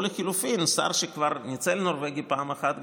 או לחילופין שר שכבר ניצל נורבגי פעם אחת,